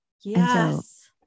Yes